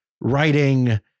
writing